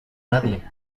nadie